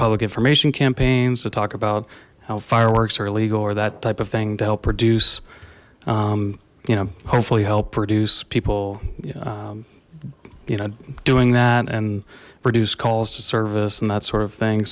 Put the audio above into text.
public information campaigns to talk about how fireworks are illegal or that type of thing to help reduce you know hopefully help produce people you know doing that and produce calls to service and that sort of thing